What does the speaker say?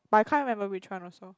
but I can't remember which one also